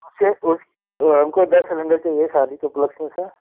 उसे उस हमको दस सिलेंडर चाहिए शादी के उपलक्ष्य में सर